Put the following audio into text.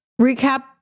Recap